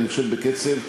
אני חושב בקצב,